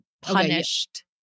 punished